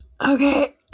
Okay